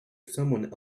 someone